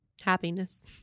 Happiness